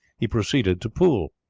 he proceeded to poole.